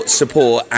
support